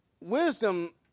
wisdom